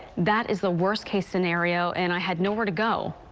that is the worst-case scenario, and i had nowhere to go.